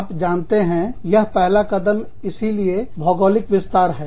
आप जानते हैं यह पहला कदम इसीलिए भौगोलिक विस्तार है